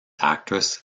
actress